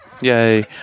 Yay